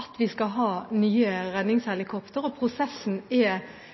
at vi skal ha nye redningshelikoptre, og prosessen for det er